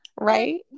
Right